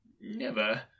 Never